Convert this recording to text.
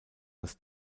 das